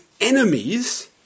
enemies